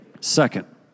Second